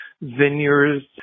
Vineyards